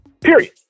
Period